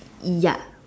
ya